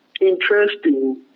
interesting